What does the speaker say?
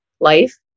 life